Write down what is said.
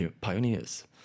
pioneers